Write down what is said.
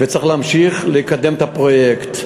וצריך להמשיך לקדם את הפרויקט.